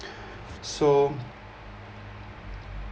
so